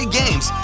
games